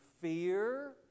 fear